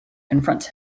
confronts